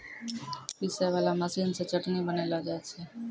पीसै वाला मशीन से चटनी बनैलो जाय छै